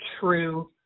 true